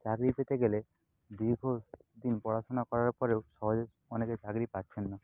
চাকরি পেতে গেলে দীর্ঘদিন পড়াশোনা করার পরেও সহজে অনেকে চাকরি পাচ্ছেন না